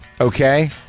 okay